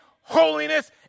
holiness